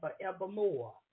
forevermore